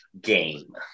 game